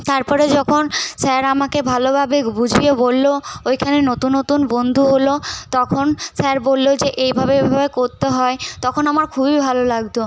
তারপরে যখন স্যার আমাকে ভালোভাবে বুঝিয়ে বললো ওইখানে নতুন নতুন বন্ধু হলো তখন স্যার বললো যে এইভাবে এইভাবে করতে হয় তখন আমার খুবই ভাল লাগতো